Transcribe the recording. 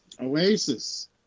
oasis